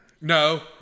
No